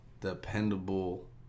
dependable